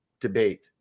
debate